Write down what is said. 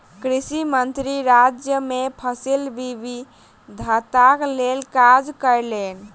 कृषि मंत्री राज्य मे फसिल विविधताक लेल काज कयलैन